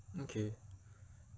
okay